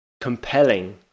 compelling